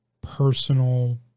personal